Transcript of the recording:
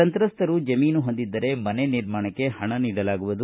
ಸಂತ್ರಸ್ತರು ಜಮೀನು ಹೊಂದಿದ್ದರೆ ಮನೆ ನಿರ್ಮಾಣಕ್ಕೆ ಹಣ ನೀಡಲಾಗುವುದು